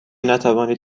نتوانید